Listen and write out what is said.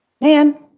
Man